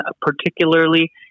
particularly